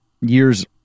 years